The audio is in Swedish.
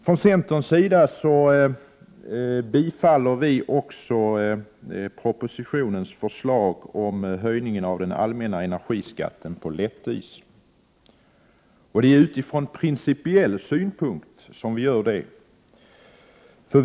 Från centerns sida tillstyrker vi också propositionens förslag om en höjning av den allmänna energiskatten på lättdiesel. Det är med utgångspunkt i principiella synpunkter som vi gör det.